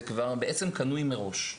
זה בעצם כבר קנוי מראש.